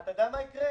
אתה יודע מה יקרה?